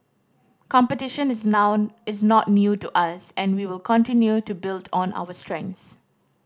competition is is not new to us and we will continue to build on our strengths